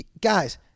Guys